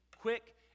quick